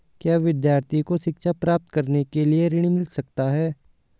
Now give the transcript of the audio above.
क्या विद्यार्थी को शिक्षा प्राप्त करने के लिए ऋण मिल सकता है?